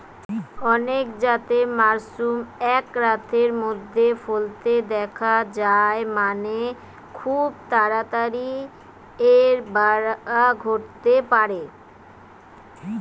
অনেক জাতের মাশরুমই এক রাতের মধ্যেই ফলতে দিখা যায় মানে, খুব তাড়াতাড়ি এর বাড়া ঘটতে পারে